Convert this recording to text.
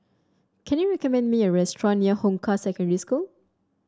can you recommend me a restaurant near Hong Kah Secondary School